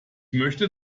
möchte